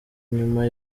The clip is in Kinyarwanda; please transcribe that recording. nyuma